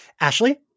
Ashley